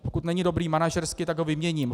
Pokud není dobrý manažersky, tak ho vyměním.